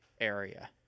area